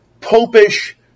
popish